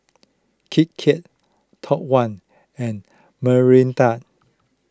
Kiki Top one and Mirinda